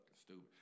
stupid